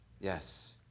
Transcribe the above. Yes